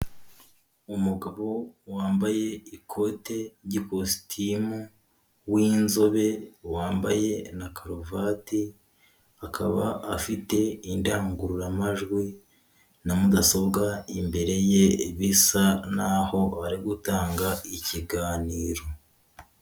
Umugabo wambaye ikote ry'ikositimu w'inzobe wambaye na karuvati, akaba afite indangururamajwi na mudasobwa imbere ye, bisa naho bari gutanga ikiganiro.